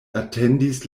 atendis